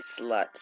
slut